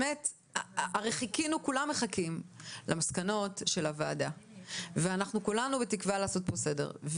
הרי כולם מחכים למסקנות של הוועדה וכולנו בתקווה לעשות פה סדר.